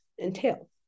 entail